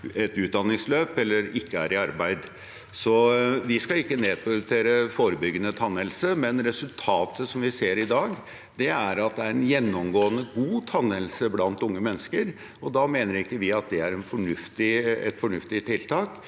et utdanningsløp eller ikke er i arbeid. Vi skal ikke nedprioritere forebyggende tannhelse, men resultatet vi ser i dag, er at det er gjennomgående god tannhelse blant unge mennesker, og da mener vi det ikke er et fornuftig tiltak